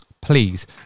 Please